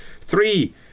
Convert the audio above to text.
Three